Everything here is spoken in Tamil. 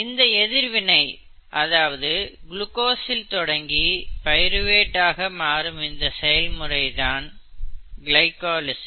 இந்த எதிர்வினை அதாவது குளுக்கோஸ் இல் தொடங்கி பைருவேட் ஆக மாறும் இந்த செயல்முறை தான் கிளைகாலிசிஸ்